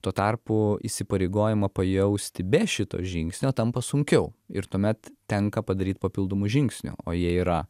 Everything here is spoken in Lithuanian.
tuo tarpu įsipareigojimą pajausti be šito žingsnio tampa sunkiau ir tuomet tenka padaryt papildomų žingsnių o jie yra